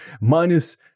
Minus